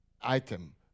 item